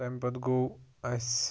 تَمہِ پَتہٕ گوٚو اَسہِ